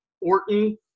Orton